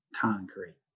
concrete